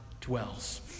dwells